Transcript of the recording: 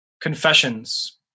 confessions